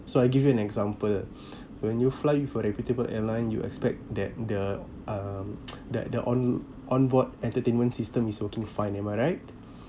so I give you an example when you fly with a reputable airline you expect that the um that the on on board entertainment system is working fine am I right